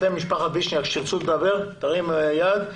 משפחות וישניאק, כשתרצו לדבר, תרימו את היד.